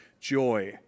joy